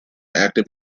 active